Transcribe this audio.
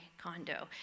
condo